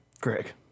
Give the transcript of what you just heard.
Greg